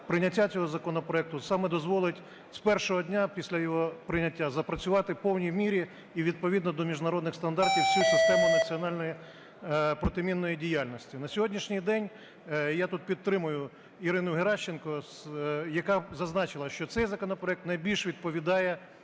прийняття цього законопроекту дозволить саме з першого дня після його прийняття запрацювати в повній мірі і відповідно до міжнародних стандартів всю систему національної протимінної діяльності. На сьогоднішній день і я тут підтримую Ірину Геращенко, яка зазначила, що цей законопроект найбільше відповідає